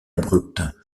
abrupte